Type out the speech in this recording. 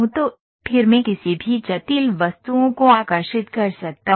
तो फिर मैं किसी भी जटिल वस्तुओं को आकर्षित कर सकता हूं